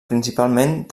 principalment